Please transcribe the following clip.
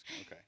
Okay